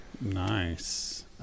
nice